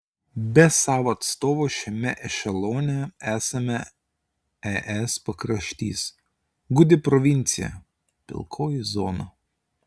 be savo atstovo šiame ešelone esame es pakraštys gūdi provincija pilkoji zona